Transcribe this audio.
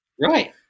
Right